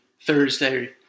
Thursday